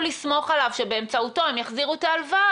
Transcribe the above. לסמוך עליו שבאמצעותו הם יחזירו את ההלוואה,